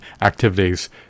activities